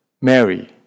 Mary